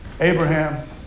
Abraham